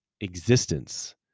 existence